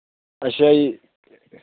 ਅੱਛਾ ਜੀ